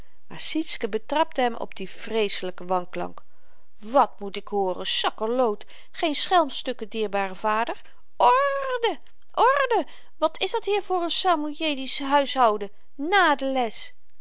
maar sietske betrapte hem op dien vreeselyken wanklank wat moet ik hooren sakkerloot geen schelmstukken dierbare vader orrrde orrrde wat is dat hier voor n samojeedsch huishouden nà de les